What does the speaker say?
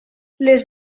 les